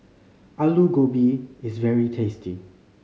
Alu Gobi is very tasty